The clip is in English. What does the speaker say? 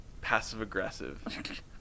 passive-aggressive